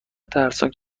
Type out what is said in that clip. ترسناک